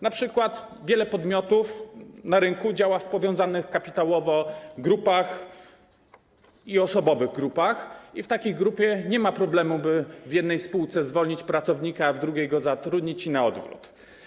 Na przykład wiele podmiotów na rynku działa w powiązanych kapitałowo grupach i osobowych grupach i w takiej grupie nie ma problemu, by w jednej spółce zwolnić pracownika, a w drugiej go zatrudnić i na odwrót.